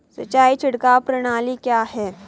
सिंचाई छिड़काव प्रणाली क्या है?